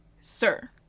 sir